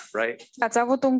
right